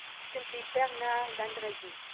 simply bernard d'andrezy.